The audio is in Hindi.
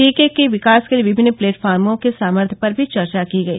टीके के विकास के लिए विभिन्न प्लेटफार्मों के साम्थ्य पर भी चर्चा की गई